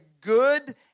good